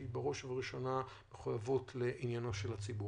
והיא בראש ובראשונה מחויבות לעניינו של הציבור.